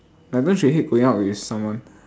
don't you hate going out with someone